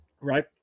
Right